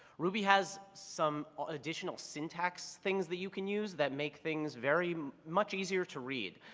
ruby has some additional syntax things that you can use that make things very much easier to read.